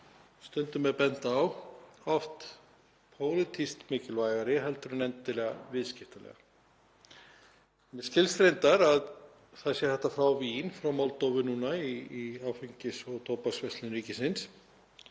stundum er bent á, oft pólitískt mikilvægari heldur en endilega viðskiptalega. Mér skilst reyndar að það sé hægt að fá vín frá Moldóvu núna í Áfengis- og tóbaksverslun ríkisins,